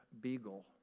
beagle